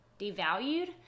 devalued